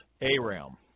Aram